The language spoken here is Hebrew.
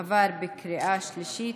עבר בקריאה שלישית,